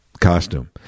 costume